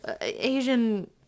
Asian